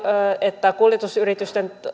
että kuljetusyritysten